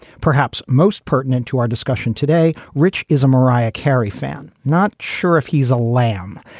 perhaps most pertinent to our discussion today, rich is a mariah carey fan. not sure if he's a lamb.